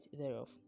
thereof